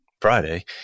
Friday